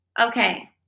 Okay